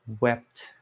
wept